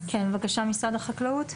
כן בבקשה משרד החקלאות.